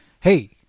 hey